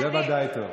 זה בוודאי טוב.